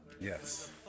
yes